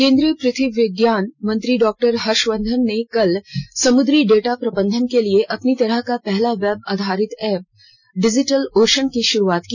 केन्द्रीय पृथ्वी विज्ञान मंत्री डॉ हर्षवर्धन ने कल समुद्री डेटा प्रबंधन के लिए अपनी तरह के पहले वेब आधारित ऐप डिजिटल ओशन की शुरुआत की